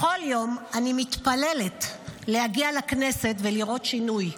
בכל יום אני מתפללת להגיע לכנסת ולראות שינוי,